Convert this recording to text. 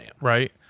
right